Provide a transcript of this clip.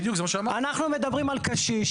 אנחנו מדברים על קשיש,